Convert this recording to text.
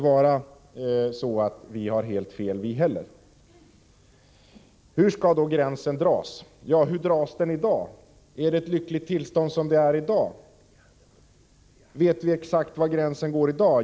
Vi kan alltså inte ha helt fel vi heller. Hur skall då gränsen dras? Ja, hur dras den i dag? Är det ett lyckligt tillstånd i dag? Vet vi exakt var gränsen går?